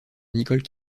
nicole